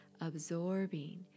absorbing